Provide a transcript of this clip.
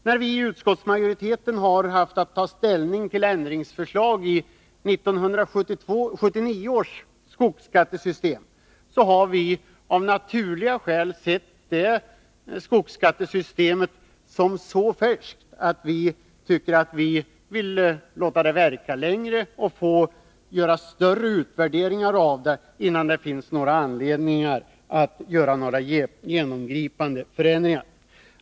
När vi i utskottsmajoriteten har haft att ta ställning till ändringsförslag i fråga om 1979 års skogsskattesystem har vi av naturliga skäl sett det skogsskattesystemet som så färskt att vi vill låta det verka längre och göra större utvärderingar av det innan det finns anledning att göra några genomgripande förändringar.